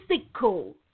physical